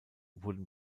wurden